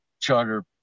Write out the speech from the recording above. charter